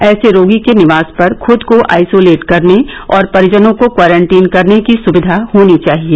ऐसे रोगी के निवास पर खुद को आइसोलेट करने और परिजनों को क्वारंटीन करने की सुविधा होनी चाहिए